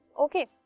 Okay